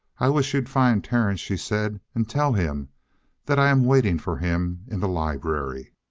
i wish you'd find terence, she said, and tell him that i'm waiting for him in the library.